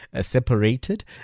separated